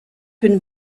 been